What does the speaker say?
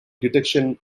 detection